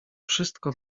wszystko